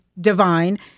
Divine